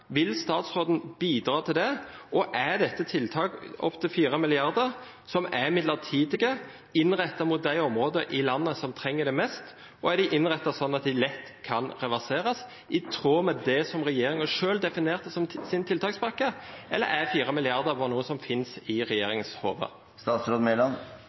vil statsråden bidra til det? Er dette tiltak opp til 4 mrd. kr som er midlertidige, innrettet mot de områdene i landet som trenger det mest, og er de innrettet sånn at de lett kan reverseres, i tråd med det som regjeringen selv definerte som sin tiltakspakke? Eller er 4 mrd. kr bare noe som fins i